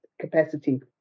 capacity